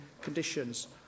conditions